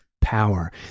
power